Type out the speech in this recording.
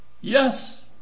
Yes